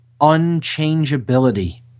unchangeability